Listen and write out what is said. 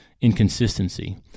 inconsistency